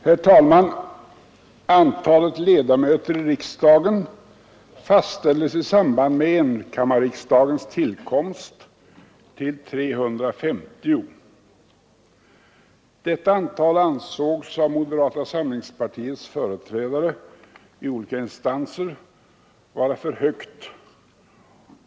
Herr talman! Antalet ledamöter i riksdagen fastställdes i samband med enkammarriksdagens tillkomst till 350. Detta antal ansågs av moderata samlingspartiets företrädare i olika instanser vara för högt.